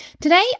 Today